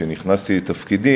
כשנכנסתי לתפקידי,